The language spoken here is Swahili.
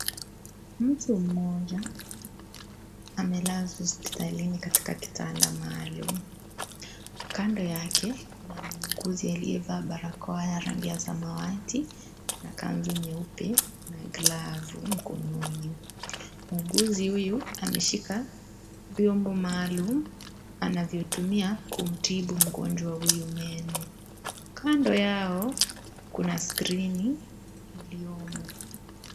Mtu mmoja, amelazwa hospitalini katika kitanda maalum. Kando yake, kuna muuguzi aliyevaa barakoa ya rangi ya samawati, na kanzu nyeupe, na glavu mkononi. Muuguzi huyu ameshika vyombo maalum, anavyotumia kumtibu mgonjwa huyu meno. Kando yao, kuna skrini iliyomo.